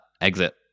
exit